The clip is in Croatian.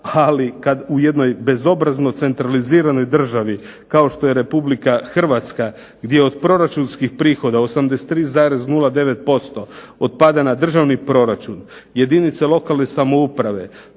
kad u jednoj bezobrazno centraliziranoj državi kao što je Republika Hrvatska gdje od proračunskih prihoda 83,09% otpada na državni proračun, jedinice lokalne samouprave